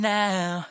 now